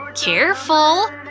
careful!